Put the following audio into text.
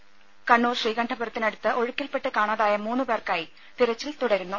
ത കണ്ണൂർ ശ്രീകണ്ഠപുരത്തിനടുത്ത് ഒഴുക്കിൽപെട്ട് കാണാതായ മൂന്നുപേർക്കായി തെരച്ചിൽ തുടരുന്നു